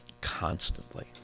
constantly